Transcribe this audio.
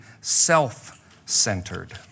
self-centered